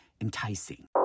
enticing